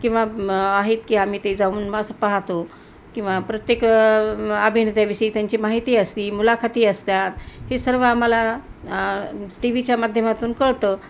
किंवा आहेत की आम्ही ते जाऊन मग पाहतो किंवा प्रत्येक अभिनेत्याविषयी त्यांची माहिती असते मुलाखती असतात हे सर्व आम्हाला टी व्हीच्या माध्यमातून कळतं